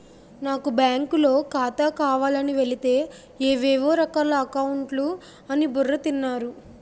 నాకు బాంకులో ఖాతా కావాలని వెలితే ఏవేవో రకాల అకౌంట్లు అని బుర్ర తిన్నారు